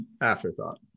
afterthought